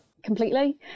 Completely